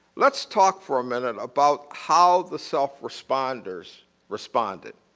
let's talk for a minute about how the self responders responded.